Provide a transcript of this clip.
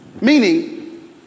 Meaning